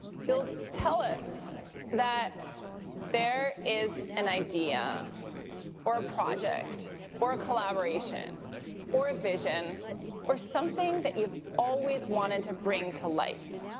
will tell us there is an idea or a project or a collaboration or a vision or something that you've always wanted to bring to life,